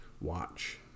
watch